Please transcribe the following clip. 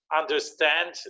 understand